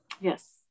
Yes